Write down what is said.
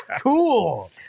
cool